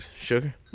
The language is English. Sugar